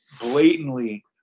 blatantly